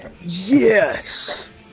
yes